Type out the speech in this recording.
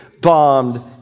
bombed